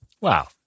wow